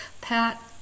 Pat